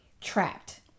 trapped